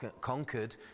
conquered